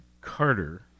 Carter